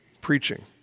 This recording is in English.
preaching